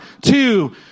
two